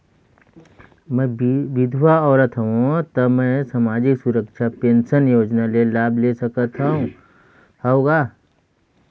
मैं विधवा औरत हवं त मै समाजिक सुरक्षा पेंशन योजना ले लाभ ले सकथे हव का?